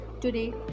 Today